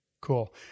Cool